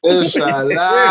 Inshallah